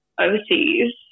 overseas